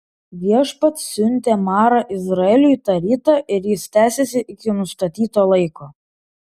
viešpats siuntė marą izraeliui tą rytą ir jis tęsėsi iki nustatyto laiko